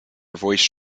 voice